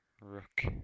Rook